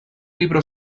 libro